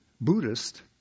Buddhist